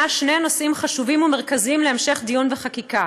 שני נושאים חשובים ומרכזיים להמשך דיון וחקיקה.